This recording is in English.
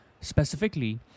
Specifically